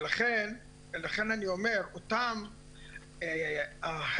ולכן אני אומר אותם החבר'ה,